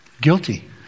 Guilty